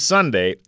Sunday